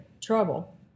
trouble